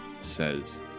says